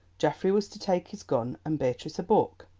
geoffrey was to take his gun and beatrice a book,